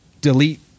delete